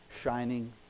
shining